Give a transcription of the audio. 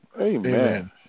Amen